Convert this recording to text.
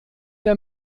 der